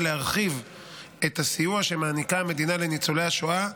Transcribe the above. להרחיב את הסיוע שמעניקה המדינה לניצולי השואה,